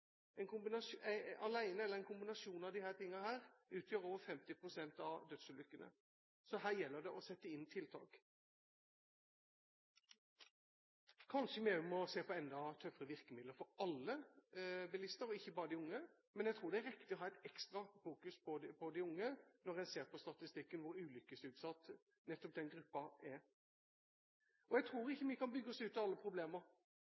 eller i kombinasjon utgjør disse tingene over 50 pst. av dødsulykkene, så her gjelder det å sette inn tiltak. Kanskje vi også må se på enda tøffere virkemidler for alle bilister og ikke bare de unge. Men jeg tror det er riktig å ha et ekstra fokus på de unge, når en ser på statistikken og ser hvor ulykkesutsatt nettopp den gruppen er. Jeg tror ikke vi kan bygge oss ut av alle problemer.